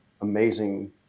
amazing